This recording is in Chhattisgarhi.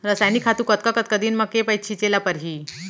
रसायनिक खातू कतका कतका दिन म, के पइत छिंचे ल परहि?